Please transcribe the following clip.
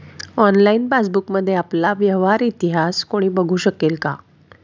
Online पासबुकमध्ये आपला व्यवहार इतिहास कोणी बघु शकेल का?